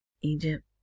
Egypt